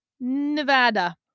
Nevada